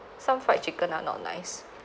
some fried chicken are not nice